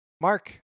Mark